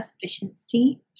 efficiency